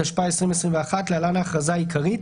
התשפ"א-2021 (להלן ההכרזה העיקרית),